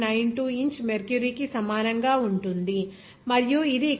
92 inch mercury కి సమానంగా ఉంటుంది మరియు ఇది అక్కడ 33